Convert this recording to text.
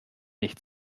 nicht